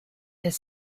has